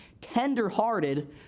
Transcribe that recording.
tender-hearted